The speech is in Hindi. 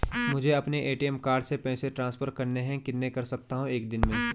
मुझे अपने ए.टी.एम कार्ड से पैसे ट्रांसफर करने हैं कितने कर सकता हूँ एक दिन में?